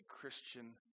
Christian